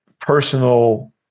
personal